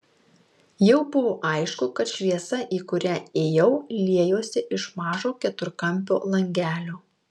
jau buvo aišku kad šviesa į kurią ėjau liejosi iš mažo keturkampio langelio